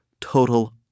total